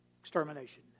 extermination